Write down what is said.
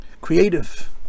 creative